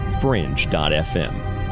fringe.fm